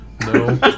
No